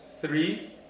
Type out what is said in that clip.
three